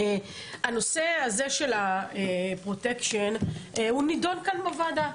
הנושא הזה של הפרוטקשן נידון כאן בוועדה.